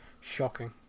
shocking